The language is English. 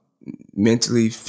Mentally